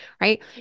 right